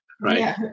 Right